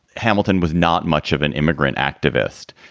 hamilton was not much of an immigrant activist,